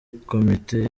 komite